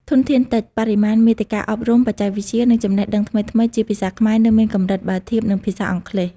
ធនធានតិច បរិមាណមាតិកាអប់រំ បច្ចេកវិទ្យា ឬចំណេះដឹងថ្មីៗជាភាសាខ្មែរនៅមានកម្រិតបើធៀបនឹងភាសាអង់គ្លេស។